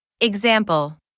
Example